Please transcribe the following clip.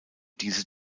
diese